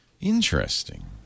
Interesting